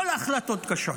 כל ההחלטות קשות,